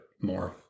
more